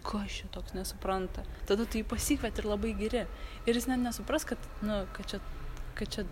kas čia toks nesupranta tada tu jį pasikvieti ir labai giri ir jis ne nesupras kad nu kad čia kad čia